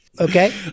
Okay